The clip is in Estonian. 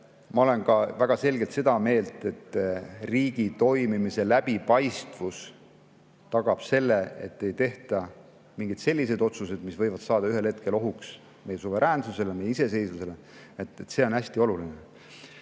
Ma olen väga selgelt seda meelt, et riigi toimimise läbipaistvus tagab selle, et ei tehta mingeid selliseid otsuseid, mis võivad saada ühel hetkel ohuks meie suveräänsusele, meie iseseisvusele. See on hästi oluline.